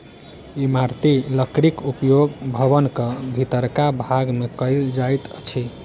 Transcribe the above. इमारती लकड़ीक उपयोग भवनक भीतरका भाग मे कयल जाइत अछि